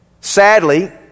Sadly